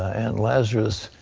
and lazarus,